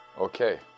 okay